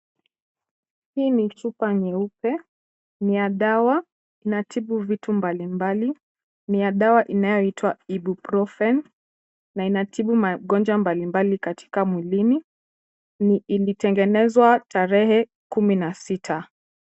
Hii ni chupa nyeupe, ni ya dawa inatibu vitu mbalimbali, ni ya dawa inayoitwa ibuprofen na inatibu magonjwa mbali mbali katika mwilini. Na ilitengenezwa tarehe kumi na sita.